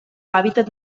hàbitat